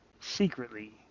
secretly